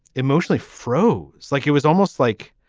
emotionally froze like it was almost like